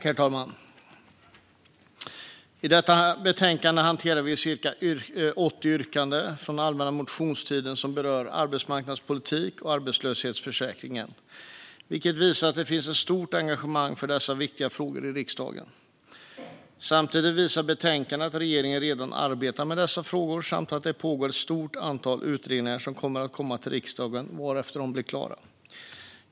Herr talman! I detta betänkande hanterar vi cirka 80 yrkanden från allmänna motionstiden som berör arbetsmarknadspolitiken och arbetslöshetsförsäkringen, vilket visar att det finns ett stort engagemang för dessa viktiga frågor i riksdagen. Samtidigt visar betänkandet att regeringen redan arbetar med dessa frågor samt att det pågår ett stort antal utredningar som kommer att komma till riksdagen vartefter att de blir klara.